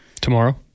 tomorrow